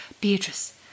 Beatrice